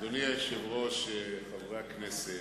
אדוני היושב ראש, חברי הכנסת,